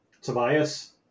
Tobias